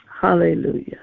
Hallelujah